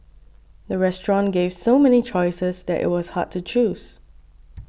the restaurant gave so many choices that it was hard to choose